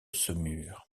saumur